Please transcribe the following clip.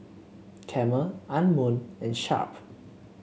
Camel Anmum and Sharp